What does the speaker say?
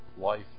life